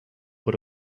but